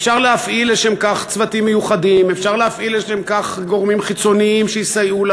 אפשר להפעיל לשם כך צוותים מיוחדים או גורמים חיצוניים שיסייעו.